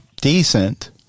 decent